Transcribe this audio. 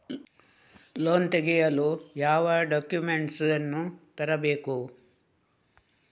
Loan ತೆಗೆಯಲು ಯಾವ documents ಅನ್ನು ತರಬೇಕು?